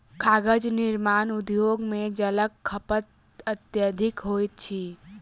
कागज निर्माण उद्योग मे जलक खपत अत्यधिक होइत अछि